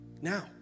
Now